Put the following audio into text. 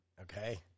Okay